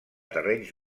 terrenys